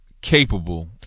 capable